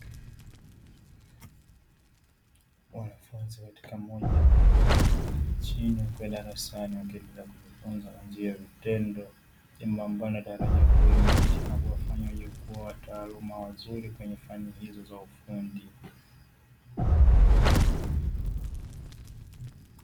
Wanafunzi katika moja ya vyuo vya ufundi nchini, wakiwa darasani wakiendelea kujifunza kwa njia ya vitendo jambo ambalo linatarajiwa kuimarisha na kuwafanya waje kuwa wataaluma wazuri kwenye fani hizo za ufundi.